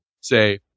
say